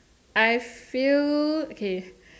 I feel okay